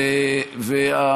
כי חלקם כבר מאוד מבוגרים.